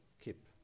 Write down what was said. keep